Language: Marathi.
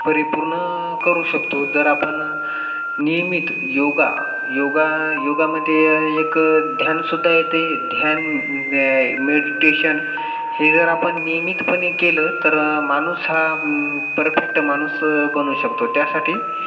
परिपूर्ण करू शकतो जर आपण नियमित योगा योगा योगामध्ये एक ध्यानसुद्धा येते ध्यान मेडिटेशन हे जर आपण नियमितपणे केलं तर माणूस हा परफेक्ट माणूस बनवू शकतो त्यासाठी